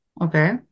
Okay